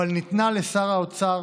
אבל ניתנה לשר האוצר